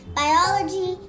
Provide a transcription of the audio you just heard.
biology